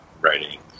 writing